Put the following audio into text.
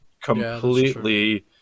completely